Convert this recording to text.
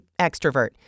extrovert